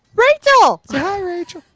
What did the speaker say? rachel! hi rachel.